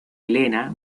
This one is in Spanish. helena